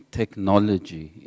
technology